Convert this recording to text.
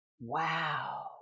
Wow